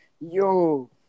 Yo